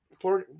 Four